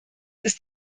ist